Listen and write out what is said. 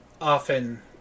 often